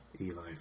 Eli